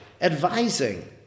advising